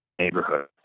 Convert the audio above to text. Neighborhood